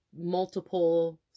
multiple